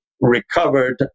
recovered